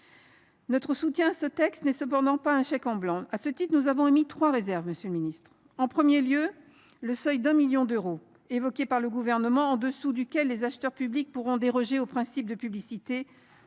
Notre soutien à ce texte n’est cependant pas un chèque en blanc. À ce titre, nous avons émis trois réserves, monsieur le ministre. En premier lieu, le seuil d’un million d’euros, évoqué par le Gouvernement, en dessous duquel les acheteurs publics pourront déroger au principe de publicité,